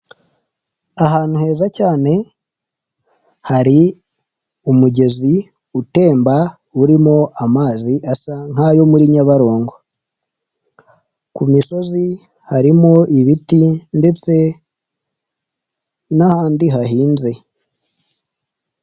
Ahantu heza cyane hari umugezi utemba urimo amazi asa nkayo muri nyabarongo; ku misozi harimo ibiti ndetse n'ahandi hahinze.